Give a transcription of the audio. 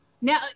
Now